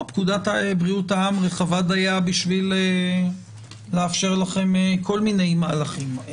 פקודת בריאות העם רחבה דיה בשביל לאפשר לכם כל מיני מהלכים.